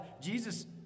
Jesus